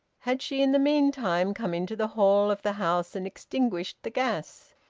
had she, in the meantime, come into the hall of the house and extinguished the gas?